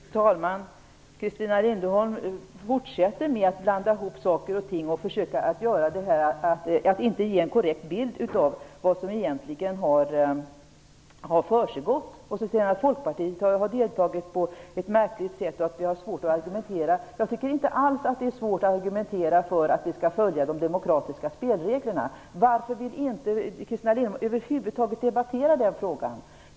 Fru talman! Christina Linderholm fortsätter att blanda ihop saker och ting och ger inte en korrekt bild av vad som egentligen har försiggått. Hon sade att Folkpartiet har deltagit i arbetet på ett märkligt sätt och att vi har svårt att argumentera. Jag tycker inte alls att det är svårt att argumentera för att vi skall följa de demokratiska spelreglerna. Varför vill Christina Linderholm över huvud taget inte debattera den frågan?